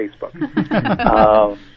Facebook